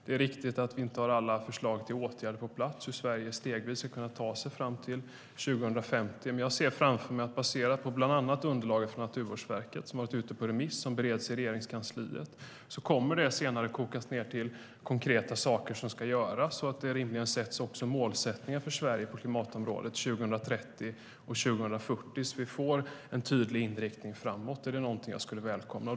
Det är riktigt att vi inte har alla förslag till åtgärder på plats för hur Sverige stegvis ska kunna ta sig fram till 2050. Men jag ser framför mig att bland annat underlaget från Naturvårdsverket, som har varit ute på remiss och som bereds i Regeringskansliet, senare kommer att koka ned till konkreta saker som ska göras. Rimligen sätts det också upp mål för Sverige på klimatområdet till 2030 och 2040, så att vi får en tydlig inriktning framåt. Det är något som jag skulle välkomna.